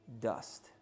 dust